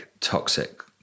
toxic